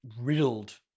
riddled